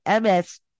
MS